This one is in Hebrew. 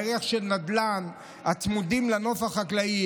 הערך של נדל"ן הצמוד לנוף החקלאי,